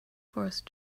forest